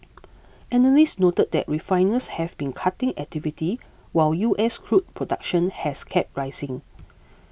analysts noted that refiners have been cutting activity while U S crude production has kept rising